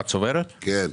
לא,